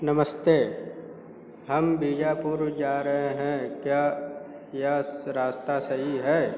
नमस्ते हम बीजापुर जा रहे हैं क्या यह रास्ता सही है